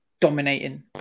dominating